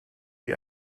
wie